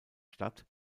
stadt